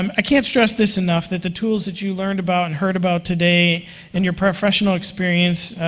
um i can't stress this enough, that the tools that you learned about and heard about today in your professional experience,